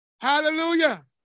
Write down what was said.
Hallelujah